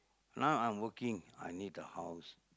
now I'm working I need a house